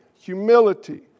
humility